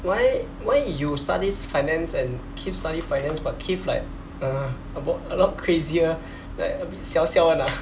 why why you studied finance and keith study finance but keith like ugh a lot a lot crazier like a bit siao siao [one] ah